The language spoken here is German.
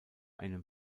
einem